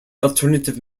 alternative